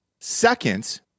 second